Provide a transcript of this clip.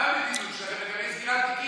מה המדיניות שלכם על סגירת תיקים?